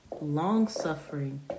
long-suffering